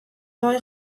gai